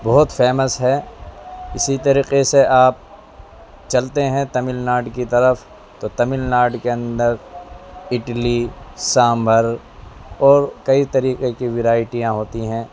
بہت فیمس ہے اسی طریقے سے آپ چلتے ہیں تمل ناڈو کی طرف تو تمل ناڈو کے اندر اڈلی سانبھر اور کئی طریقے کی ورائٹیاں ہوتی ہیں